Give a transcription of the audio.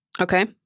okay